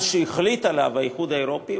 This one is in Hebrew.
מה שהחליט עליו האיחוד האירופי,